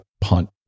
punt